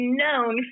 known